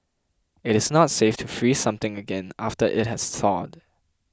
it is not safe to freeze something again after it has thawed